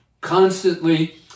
constantly